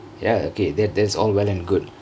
ya ya okay that that's all well and good